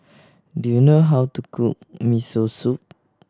do you know how to cook Miso Soup